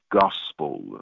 gospel